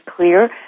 clear